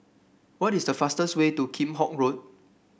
what is the fastest way to Kheam Hock Road